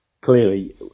clearly